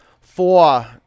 Four